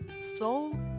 slow